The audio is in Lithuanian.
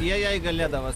jie jai galėdavo